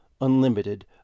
unlimited